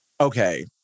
okay